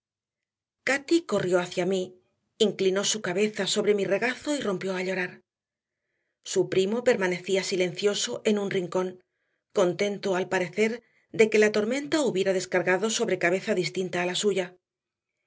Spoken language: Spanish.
ahora cati corrió hacia mí inclinó su cabeza sobre mi regazo y rompió a llorar su primo permanecía silencioso en un rincón contento al parecer de que la tormenta hubiera descargado sobre cabeza distinta a la suya